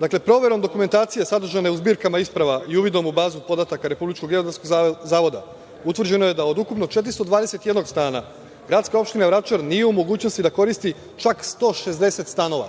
Dakle, proverom dokumentacije sadržane u zbirkama isprava i uvidom u bazu podataka Republičkog geodetskog zavoda, utvrđeno je da od ukupno 421 stana, gradska opština Vračar nije u mogućnosti da koristi čak 160 stanova.